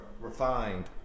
refined